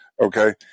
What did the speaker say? Okay